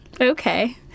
Okay